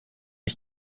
ich